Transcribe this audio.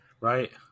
Right